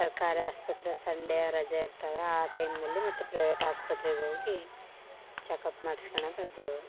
ಸರ್ಕಾರಿ ಆಸ್ಪತ್ರೆ ಸಂಡೇ ರಜೆ ಇರ್ತವೆ ಆ ಟೈಮ್ನಲ್ಲಿ ಮತ್ತು ಪ್ರೈವೇಟ್ ಆಸ್ಪತ್ರೆಗೆ ಹೋಗಿ ಚೆಕಪ್ ಮಾಡಿಸ್ಕೋಳದು ಅದು